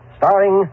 starring